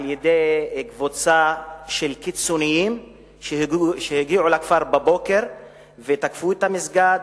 על-ידי קבוצה של קיצונים שהגיעו לכפר בבוקר ותקפו את המסגד.